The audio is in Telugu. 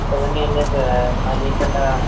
ప్రజెంట్ ఏం లేదు సార్ మనీ కట్టా